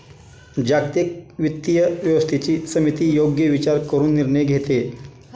जागतिक वित्तीय व्यवस्थेची समिती योग्य विचार करून निर्णय घेते